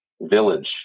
village